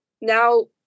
now